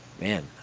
Man